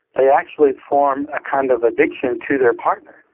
they actually form a kind of addiction to their partner.